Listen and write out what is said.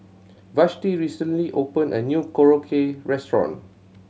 Vashti recently opened a new Korokke Restaurant